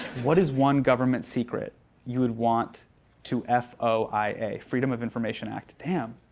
what is one government secret you would want to f o i a. freedom of information act? damn.